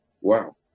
Wow